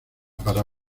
para